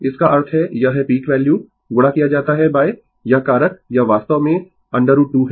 इसका अर्थ है यह है पीक वैल्यू गुणा किया जाता है यह कारक यह वास्तव में √2 है